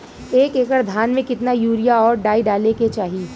एक एकड़ धान में कितना यूरिया और डाई डाले के चाही?